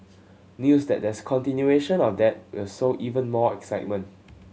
news that there's continuation of that will sow even more excitement